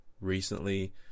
recently